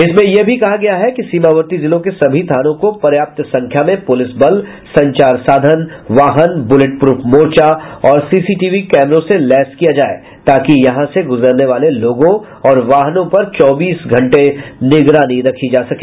इसमें यह भी कहा गया है कि सीमावर्ती जिलों के सभी थानों को पर्याप्त संख्या में पुलिस बल संचार साधन वाहन बुलेट प्रफ मोर्चा और सीसीटीवी कैमरों से लैस किया जाये ताकि यहां से गुजरने वाले लोगों और वाहनों पर चौबीस घंटे निगरानी रखी जा सके